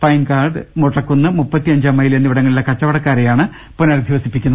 പൈൻകാട് മൊട്ടക്കുന്ന് മുപ്പത്തിഅഞ്ചാംമൈൽ എന്നിവിടങ്ങളിലെ കച്ചവടക്കാരെയാ ണ് പുനരധിവസിപ്പിക്കേണ്ടത്